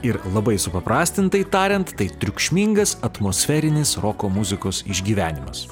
ir labai supaprastintai tariant tai triukšmingas atmosferinis roko muzikos išgyvenimas